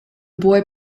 boy